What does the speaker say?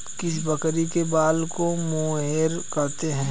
किस बकरी के बाल को मोहेयर कहते हैं?